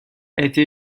été